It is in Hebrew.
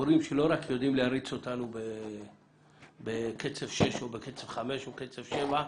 מורים שלא רק יודעים להריץ אותנו בקצב 6 או בקצב 5 או בקצב 7,